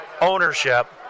ownership